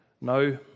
No